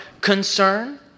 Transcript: concern